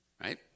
Right